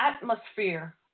atmosphere